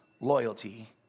loyalty